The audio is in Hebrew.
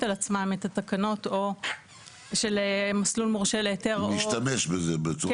על עצמן את התקנות של מסלול מורשה להיתר -- להשתמש בזה.